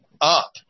up